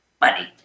money